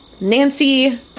nancy